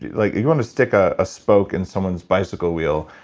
like you want to stick ah a spoke in someone's bicycle wheel.